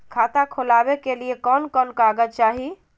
खाता खोलाबे के लिए कौन कौन कागज चाही?